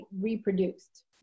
reproduced